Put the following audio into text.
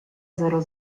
zero